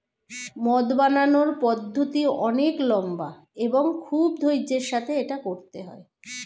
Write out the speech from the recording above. মদ বানানোর পদ্ধতিটি অনেক লম্বা এবং খুব ধৈর্য্যের সাথে এটা করতে হয়